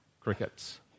crickets